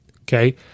okay